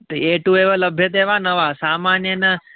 ते ए टु एव लभ्यते वा न वा सामान्येन